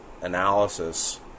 analysis